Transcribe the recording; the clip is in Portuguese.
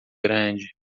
grande